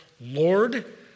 Lord